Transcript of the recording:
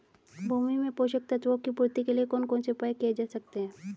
भूमि में पोषक तत्वों की पूर्ति के लिए कौन कौन से उपाय किए जा सकते हैं?